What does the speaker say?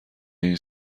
این